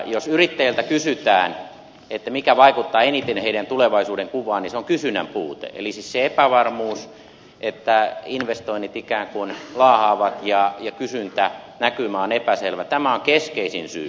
jos yrittäjiltä kysytään mikä vaikuttaa eniten heidän tulevaisuudenkuvaansa niin se on kysynnän puute eli siis se epävarmuus että investoinnit ikään kuin laahaavat ja kysyntänäkymä on epäselvä on keskeisin syy